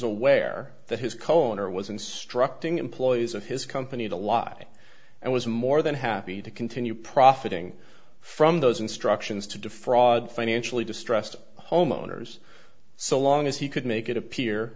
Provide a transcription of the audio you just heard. aware that his cohen or was instructing employees of his company to lie and was more than happy to continue profiting from those instructions to defraud financially distressed homeowners so long as he could make it appear